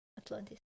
Atlantis